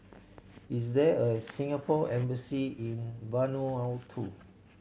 is there a Singapore Embassy in Vanuatu